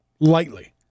Lightly